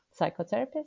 psychotherapist